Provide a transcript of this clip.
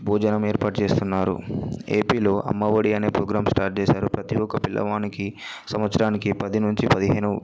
భోజనం ఏర్పాటు చేస్తున్నారు ఏపీలో అమ్మ ఒడి అనే ప్రోగ్రాం స్టార్ట్ చేశారు ప్రతీ ఒక పిల్లవానికి సంవత్సరానికి పది నుంచి పదిహేను